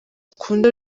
ukunda